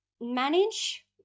manage